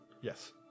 Yes